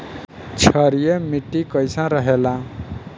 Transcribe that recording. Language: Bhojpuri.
क्षारीय मिट्टी कईसन रहेला?